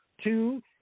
Two